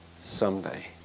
someday